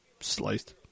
sliced